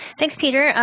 thanks, peter.